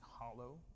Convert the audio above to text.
hollow